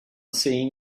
seeing